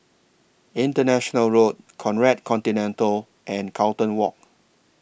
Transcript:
International Road Conrad Centennial and Carlton Walk